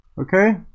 Okay